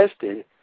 tested